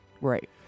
right